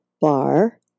bar